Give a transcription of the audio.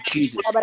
Jesus